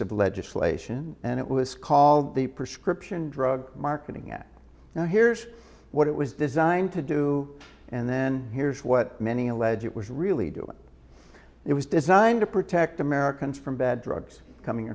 of legislation and it was called the prescription drug marketing act now here's what it was designed to do and then here's what many allege it was really doing it was designed to protect americans from bad drugs coming